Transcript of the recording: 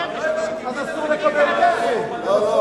אם הוא